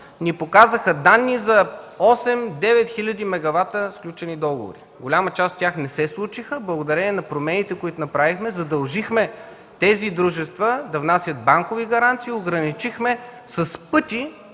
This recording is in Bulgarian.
ни показаха данни за осем-девет хиляди мегавата сключени договори. Голяма част от тях не се случиха благодарение на промените, които направихме, задължихме тези дружества да внасят банкови гаранции, ограничихме с пъти